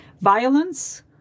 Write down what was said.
violence